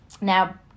Now